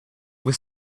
was